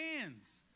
hands